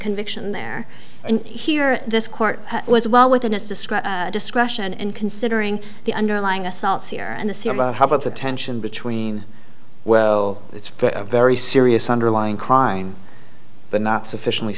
conviction there and here this court was well within a square discretion and considering the underlying assaults here and the sea about how about the tension between well it's a very serious underlying crime but not sufficiently